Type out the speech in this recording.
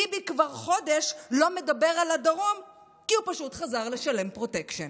ביבי כבר חודש לא מדבר על הדרום כי הוא פשוט חזר לשלם פרוטקשן.